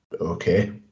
okay